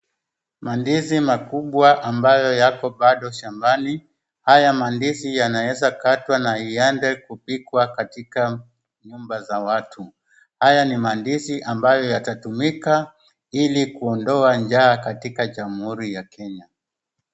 Mandizi makubwa ambayo yako bado shambani, haya mandizi yanaeza kukatwa na iende kupikwa katika nyumba za watu. Haya ni madizi ambayo yatatumika ili kuondoa njaa katika jamhuri ya Kenya.